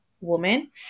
woman